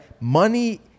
money